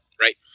Right